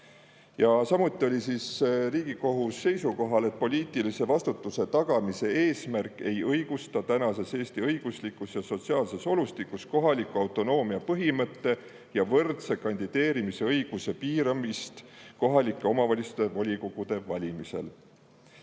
Samuti oli Riigikohus seisukohal, et poliitilise vastutuse tagamise eesmärk ei õigusta tänases Eesti õiguslikus ja sotsiaalses olustikus kohaliku autonoomia põhimõtte ja võrdse kandideerimise õiguse piiramist kohalike omavalitsuste volikogude valimisel.